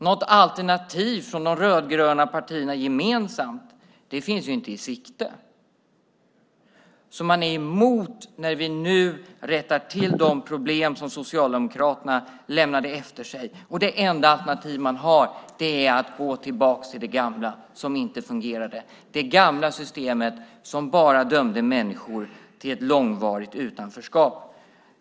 Något gemensamt alternativ från de rödgröna partierna finns inte i sikte. Socialdemokraterna är emot det som vi nu gör när vi rättar till de problem som de lämnade efter sig. Det enda alternativ som de har är att gå tillbaka till det gamla som inte fungerade, det gamla systemet som bara dömde människor till ett långvarigt utanförskap.